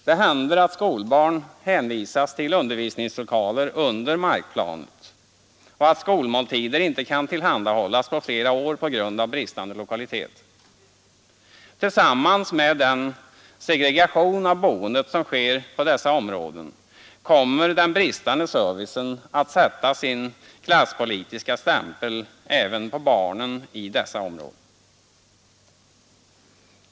Det händer att skolbarn hänvisas till undervisningslokaler under markplanet och att skolmåltider inte kan tillhandahållas på flera år på grund av bristande lokaliteter. Tillsammans med den segregation av boendet som sker till dessa områden kommer den bristande servicen att sätta sin klasspolitiska stämpel även på barnen.